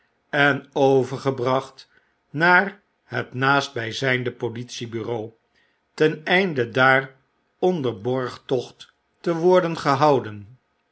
en overgebracht naar het naastbyzynde politiebureau ten einde daar onder borgtocht te worden gehouden